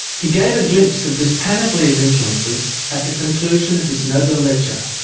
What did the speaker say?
he gave a glimpse of this panoply of influences at the conclusion of his nobel lecture.